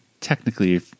technically